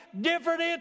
different